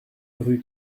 rue